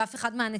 שאף אחד מהנציגים,